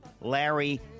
Larry